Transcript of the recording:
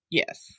yes